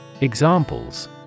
Examples